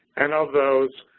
and of those,